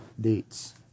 dates